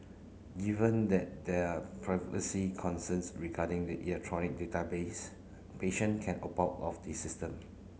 given that there are privacy concerns regarding the electronic database patient can about of the system